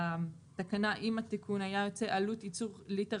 התקנה עם התיקון הייתה יוצאת: "עלות ייצור ליטר